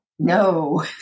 no